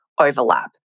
overlap